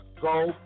go